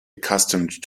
accustomed